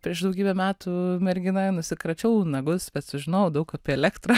prieš daugybę metų mergina nusikračiau nagus bet sužinojau daug apie elektrą